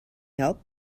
help